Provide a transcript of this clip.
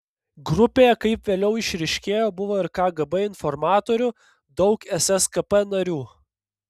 grupėje kaip vėliau išryškėjo buvo ir kgb informatorių daug sskp narių